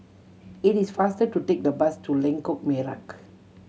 it is faster to take the bus to Lengkok Merak